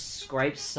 scrapes